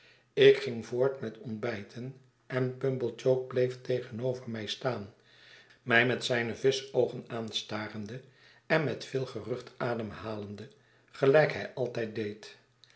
ik ging voort met ontbijten en pumblechook bleef tegenover mij staan mij met zijne vischoogen aanstarende en met veel gerucht ademhalende gelijk h y altijd deed